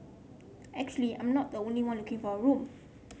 actually I'm not the only one looking for a room